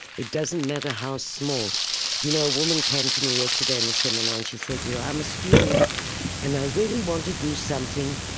it doesn't matter how small. do you know, a woman came to me yesterday in the seminar and she said, i'm a student and i really want to do something,